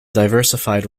diversified